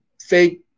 fake